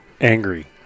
angry